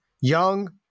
young